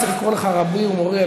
אני צריך לקרוא לך רבי ומורי,